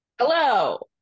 hello